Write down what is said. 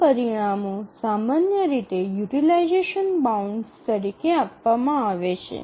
તે પરિણામો સામાન્ય રીતે યુટીલાઈઝેશન બાઉન્ડસ તરીકે આપવામાં આવે છે